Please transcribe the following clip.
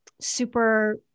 super